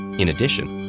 in addition,